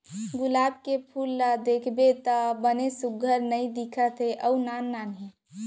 गुलाब के फूल ल देखबे त बने सुग्घर नइ दिखत हे अउ नान नान हे